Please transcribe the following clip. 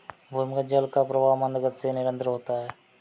भूमिगत जल का प्रवाह मन्द गति से निरन्तर होता है